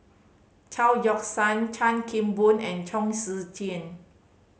Chao Yoke San Chan Kim Boon and Chong Tze Chien